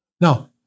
Now